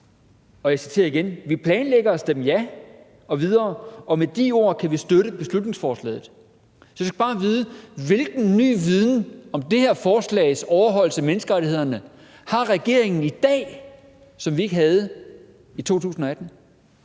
og jeg citerer igen – at »vi planlægger at stemme ja,« og videre: »Og med de ord kan vi støtte beslutningsforslaget.« Jeg vil bare vide: Hvilken ny viden om det her forslags overholdelse af menneskerettighederne har regeringen i dag, som vi ikke havde i 2018?